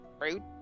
Rude